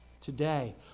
today